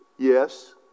Yes